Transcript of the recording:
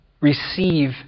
receive